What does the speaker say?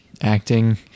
acting